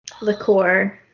liqueur